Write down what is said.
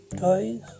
guys